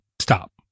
stop